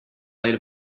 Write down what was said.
light